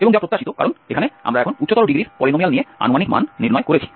এবং যা প্রত্যাশিত কারণ এখানে আমরা এখন উচ্চতর ডিগ্রির পলিনোমিয়াল নিয়ে আনুমানিক মান নির্ণয় করেছি